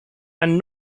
and